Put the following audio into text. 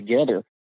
together